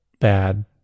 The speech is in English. bad